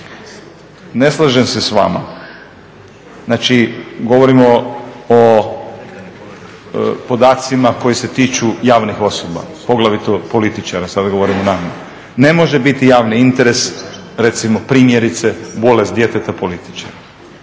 ne slažem se s vama. Govorimo o podacima koji se tiču javnih osoba poglavito političara, sada govorimo … ne može biti javni interes recimo primjerice bolest djeteta političara,